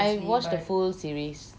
I watch the full series